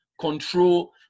control